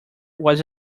was